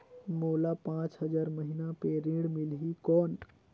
मोला पांच हजार महीना पे ऋण मिलही कौन?